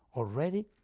already